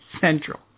Central